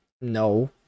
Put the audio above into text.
No